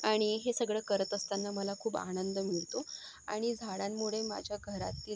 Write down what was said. आणि हे सगळं करत असताना मला खूप आनंद मिळतो आणि झाडांमुळे माझ्या घरातील